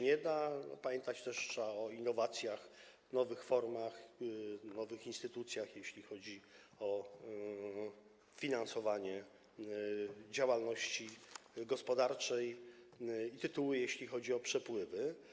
Trzeba też pamiętać o innowacjach, nowych formach, nowych instytucjach, jeśli chodzi o finansowanie działalności gospodarczej, i tytuły, jeśli chodzi o przepływy.